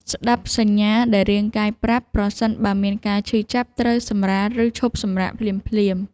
ស្ដាប់សញ្ញាដែលរាងកាយប្រាប់ ប្រសិនបើមានការឈឺចាប់ ត្រូវសម្រាល ឬឈប់សម្រាកភ្លាមៗ។